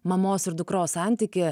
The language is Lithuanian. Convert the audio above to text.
mamos ir dukros santykį